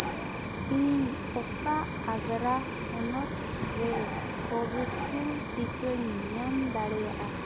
ᱤᱧ ᱚᱠᱟ ᱟᱜᱽᱨᱟ ᱦᱚᱱᱚᱛ ᱨᱮ ᱠᱳᱵᱷᱤᱰᱥᱤᱞᱰ ᱴᱤᱠᱟᱹᱧ ᱧᱟᱢ ᱫᱟᱲᱮᱭᱟᱜᱼᱟ